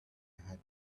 had